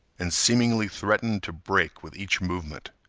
and seemingly threatened to break with each movement.